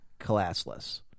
classless